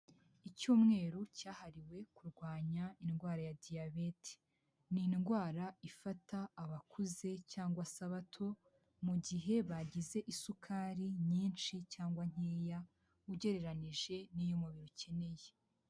Icyumweru cyahariwe kurwanya indwara ya Diyabete, ni indwara ifata abakuze cyangwa se ababato, mu gihe bagize isukari nyinshi cyangwa nkeya ugereranyije n'iy'umubiri ukeneye.